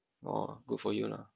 orh good for you lor